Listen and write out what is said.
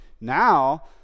now